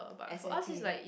exactly